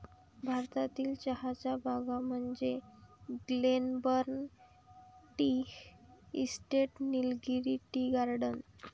भारतातील चहाच्या बागा म्हणजे Glenburn tea estate, Nilgiri tea garden